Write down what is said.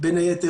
בין היתר,